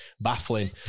baffling